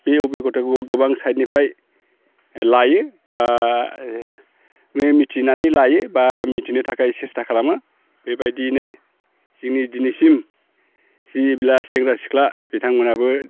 बे अबिगथाखौ गोबां साइडनिफ्राय लायो बा नों मिथिनानै लायो बा मिथिनो थाखाय सेसथा खालामो बेबायदिनो जोंनि दिनैसिम जोंनि बिला सेंग्रा सिख्ला बिथांमोनहाबो